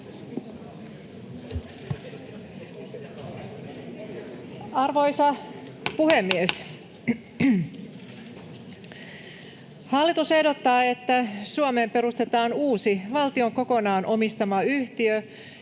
Arvoisa puhemies! Hallitus ehdottaa, että Suomeen perustetaan uusi valtion kokonaan omistama yhtiö,